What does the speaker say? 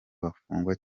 bafungwa